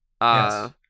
Yes